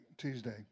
Tuesday